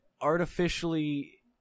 artificially